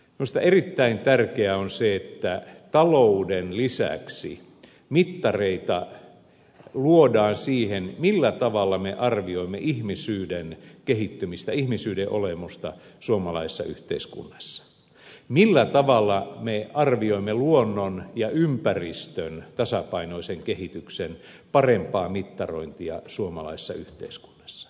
minusta erittäin tärkeää on se että talouden lisäksi mittareita luodaan siihen millä tavalla me arvioimme ihmisyyden kehittymistä ihmisyyden olemusta suomalaisessa yhteiskunnassa millä tavalla me arvioimme luonnon ja ympäristön tasapainoisen kehityksen parempaa mittarointia suomalaisessa yhteiskunnassa